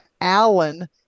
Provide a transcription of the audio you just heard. Allen